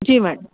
جی madam